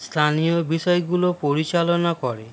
স্থানীয় বিষয়গুলো পরিচালনা করে